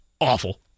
awful